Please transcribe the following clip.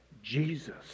Jesus